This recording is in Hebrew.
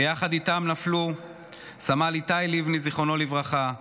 ביחד איתם נפלו סמל איתי לבני, זיכרונו לברכה,